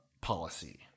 policy